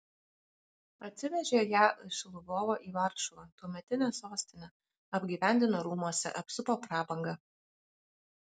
atsivežė ją iš lvovo į varšuvą tuometinę sostinę apgyvendino rūmuose apsupo prabanga